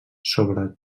sobre